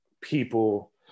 people